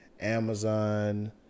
Amazon